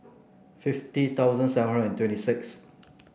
fifty thousand seven hundred and twenty six